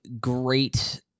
great